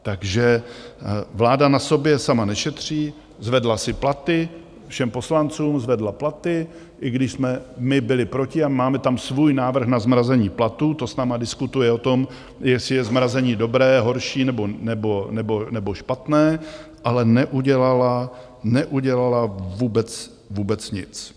Takže vláda na sobě sama nešetří, zvedla si platy, všem poslancům zvedla platy, i když jsme my byli proti a máme tam svůj návrh na zmrazení platů to s námi diskutuje o tom, jestli je zmrazení dobré, horší nebo špatné, ale neudělala, neudělala vůbec, vůbec nic.